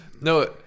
no